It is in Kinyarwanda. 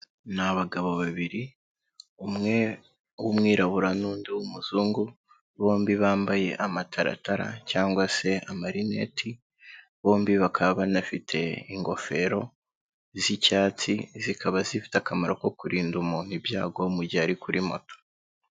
Ni abagabo babiri, umwe w'umwirabura n'undi w'umuzungu, bombi bambaye amataratara cyangwa se amarineti. Bombi bakaba banafite ingofero z'icyatsi, zikaba zifite akamaro ko kurinda umuntu ibyago mu gihe ari kuri moto.